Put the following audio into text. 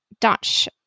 Dutch